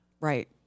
Right